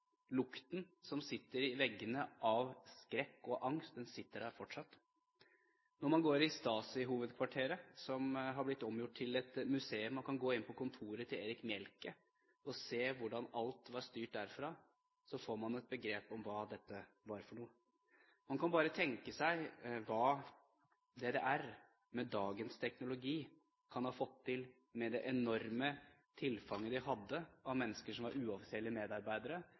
Lukten av skrekk og angst som sitter i veggene, sitter der fortsatt. Når man går i Stasi-hovedkvarteret, som er blitt omgjort til et museum – man kan gå inn på kontoret til Erich Mielke og se hvordan alt var styrt derfra – får man et begrep om hva dette var. Man kan bare tenke seg hva DDR, med dagens teknologi, kunne ha fått til med det enorme tilfanget de hadde av mennesker som var uoffisielle medarbeidere,